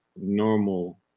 normal